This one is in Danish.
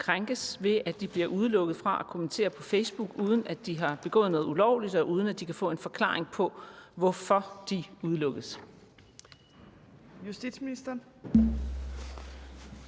krænkes, ved at de bliver udelukket fra at kommentere på Facebook, uden at de har begået noget ulovligt, og uden at de kan få en forklaring på, hvorfor de udelukkes?